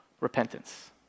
repentance